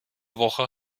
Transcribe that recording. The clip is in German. woche